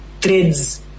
threads